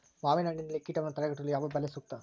ಮಾವಿನಹಣ್ಣಿನಲ್ಲಿ ಕೇಟವನ್ನು ತಡೆಗಟ್ಟಲು ಯಾವ ಬಲೆ ಸೂಕ್ತ?